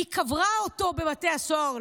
היא קברה אותו בבתי הסוהר,